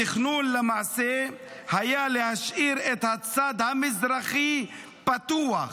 התכנון למעשה היה להשאיר את הצד המזרחי פתוח,